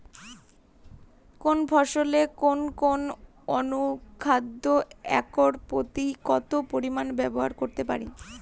কোন ফসলে কোন কোন অনুখাদ্য একর প্রতি কত পরিমান ব্যবহার করতে পারি?